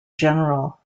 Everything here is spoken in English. general